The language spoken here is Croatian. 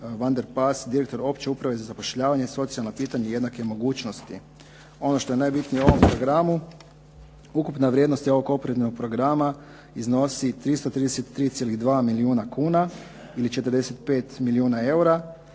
Van der Pas, direktor Opće uprave za zapošljavanje i socijalna pitanja i jednake mogućnosti. Ono što je najbitnije u ovom programu, ukupna vrijednost je ovog operativnog programa iznosi 333,2 milijuna kuna ili 45 milijuna eura